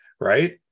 right